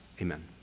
Amen